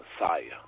Messiah